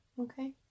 okay